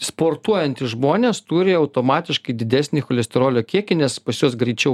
sportuojantys žmonės turi automatiškai didesnį cholesterolio kiekį nes pas juos greičiau